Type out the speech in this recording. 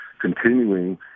continuing